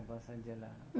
mm